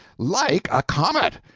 like a comet!